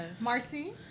Marcy